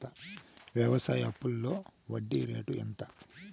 వ్యవసాయ అప్పులో వడ్డీ రేట్లు ఎంత?